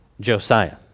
Josiah